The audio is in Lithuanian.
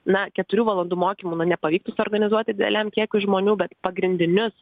na keturių valandų mokymų na nepavyktų suorganizuoti dideliam kiekiui žmonių bet pagrindinius